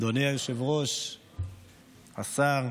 אדוני היושב-ראש, השר,